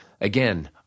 again